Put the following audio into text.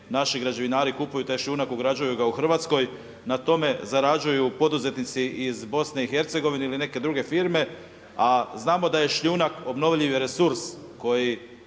naši građevinari kupuju taj šljunak ugrađuju ga u Hrvatskoj. Na tome zarađuju poduzetnici iz Bosne i Hercegovine ili neke druge firme, a znamo da je šljunak obnovljivi resurs koji